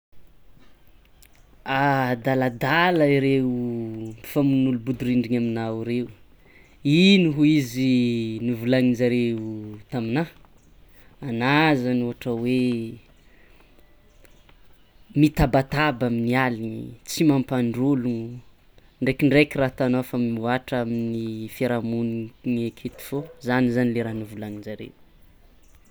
Adaladala reo mpifanolobodirindrina aminao reo ino hoy izy novolanjareo taminah, ana zany ohatra hoe mitabataba amin'ny aligny tsy mampandry ologno ndrekindreky raha ataonao fa mihoatra amin'ny fiarahamoniny aketo fô zany zah le raho novolanijareo.